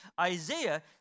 Isaiah